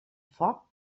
foc